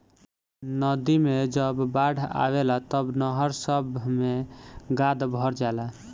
नदी मे जब बाढ़ आवेला तब नहर सभ मे गाद भर जाला